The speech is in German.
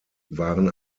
waren